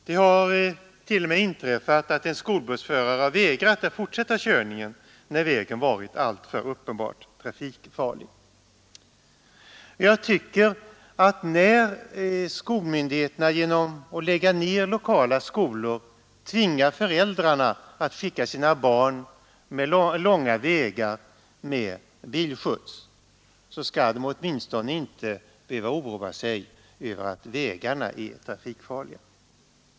Det har t.o.m. inträffat att en skolbussförare har vägrat att fortsätta körningen när vägen varit alltför uppenbart trafikfarlig. När skolmyndigheterna genom att lägga ned lokala skolor tvingar föräldrarna att skicka sina barn långa vägar med bilskjuts, skall de åtminstone inte behöva oroa sig över att vägarna är trafikfarliga.